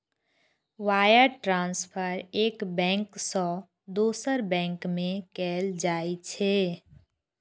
wire transfer एक bank सं दोसर बैंक में कैल जाइ छै